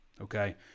Okay